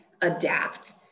adapt